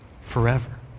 forever